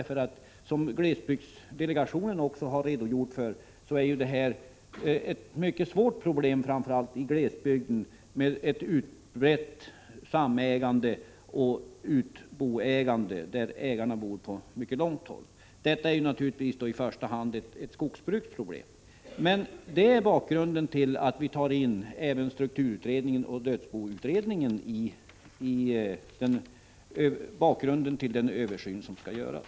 Som också glesbygdsdelegationen har redogjort för är det framför allt i glesbygden som man har de mycket svåra problemen med ett utbrett samägande och utboägande, där ägarna bor på mycket långt håll från fastigheten — detta är naturligtvis i första hand ett skogsbruksproblem. Det är detta som är skälet till att vi föreslår att både strukturutredningen och dödsboutredningen skall ligga till grund för den översyn som skall göras.